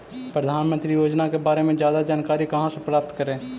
प्रधानमंत्री योजना के बारे में जादा जानकारी कहा से प्राप्त करे?